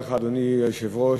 אדוני היושב-ראש,